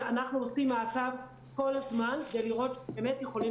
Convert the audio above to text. אנחנו עושים מעקב כל הזמן כדי לראות שבאמת יכולים